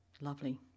Lovely